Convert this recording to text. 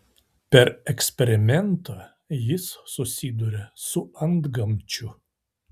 per eksperimentą jis susiduria su antgamčiu